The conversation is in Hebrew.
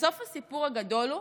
בסוף, הסיפור הגדול הוא